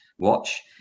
Watch